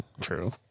true